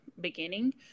beginning